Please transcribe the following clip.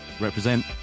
represent